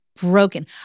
broken